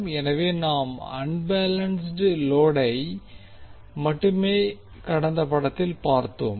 எனவே நாம் அன்பேலன்ஸ்ட் லோடை மட்டுமே கடந்த படத்தில் பார்த்தோம்